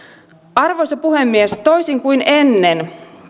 arvoisa puhemies toisin kuin ennen